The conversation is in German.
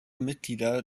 mitglieder